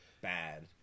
bad